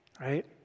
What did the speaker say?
right